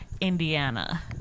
Indiana